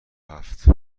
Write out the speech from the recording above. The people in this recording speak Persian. هفت